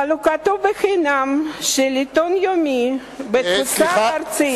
חלוקתו בחינם של עיתון יומי בתפוצה ארצית,